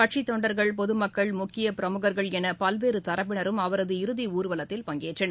கட்சித் தொண்டர்கள் பொதமக்கள் முக்கியப் பிரமுகர்கள் எனபல்வேறுதரப்பினரும் அவரது இறுதிமூர்வலத்தில் பங்கேற்றனர்